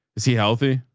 is he healthy?